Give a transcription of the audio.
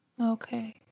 Okay